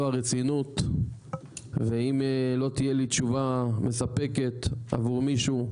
הרצינות ואם לא תהיה לי תשובה מספקת עבור מישהו,